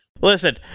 listen